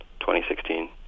2016